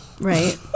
Right